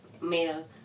male